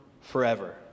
forever